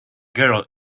girl